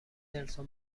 نلسون